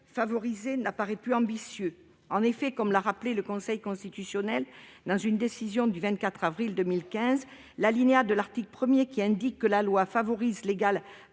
favoriser » apparaît peu ambitieux. En effet, comme l'a rappelé le Conseil constitutionnel dans une décision du 24 avril 2015, l'alinéa de l'article 1 qui dispose que la loi favorise l'égal